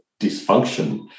dysfunction